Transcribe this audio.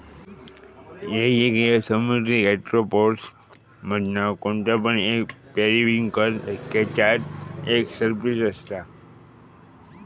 येगयेगळे समुद्री गैस्ट्रोपोड्स मधना कोणते पण एक पेरिविंकल केच्यात एक सर्पिल असता